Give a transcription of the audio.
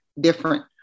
different